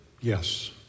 Yes